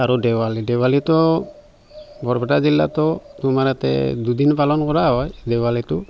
আৰু দেৱালী দেৱালীটো বৰপেটা জিলাটো তোমাৰ ইয়াতে দুদিন পালন কৰা হয় দেৱালীটো